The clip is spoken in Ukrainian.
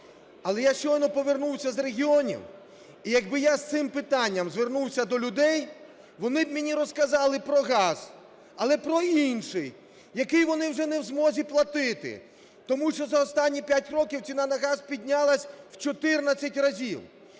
Але я щойно повернувся з регіонів, і якби я з цим питанням звернувся до людей, вони б мені розказали про газ, але про інший, який вони вже не в змозі платити, тому що за останні 5 років ціна на газ піднялася в 14 разів.